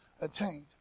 attained